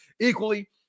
equally